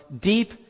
deep